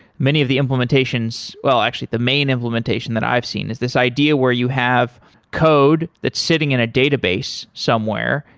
many of the implementations well, actually, the main implementation that i've seen is this idea where you have code that' sitting in a database somewhere,